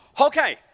Okay